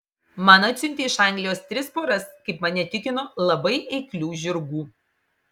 man atsiuntė iš anglijos tris poras kaip mane tikino labai eiklių žirgų